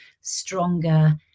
stronger